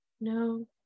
No